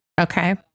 Okay